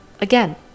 again